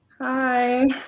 Hi